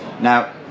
Now